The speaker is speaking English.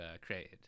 created